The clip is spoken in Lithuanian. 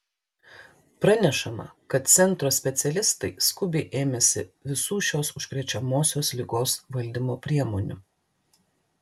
pranešama kad centro specialistai skubiai ėmėsi visų šios užkrečiamosios ligos valdymo priemonių